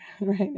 right